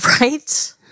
Right